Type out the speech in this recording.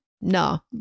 no